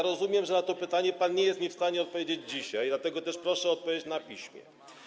Rozumiem, że na to pytanie pan nie jest w stanie mi odpowiedzieć dzisiaj, dlatego też proszę o odpowiedź na piśmie.